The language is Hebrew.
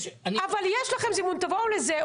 יש לכם זימון, תבואו לזה.